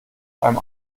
einem